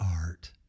art